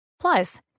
Plus